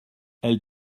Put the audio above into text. elle